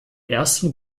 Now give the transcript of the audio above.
ersten